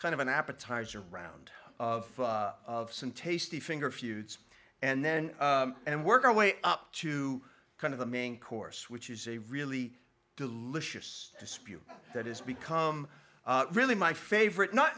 kind of an appetizer round of some tasty finger feuds and then and work our way up to kind of the main course which is a really delicious dispute that has become really my favorite not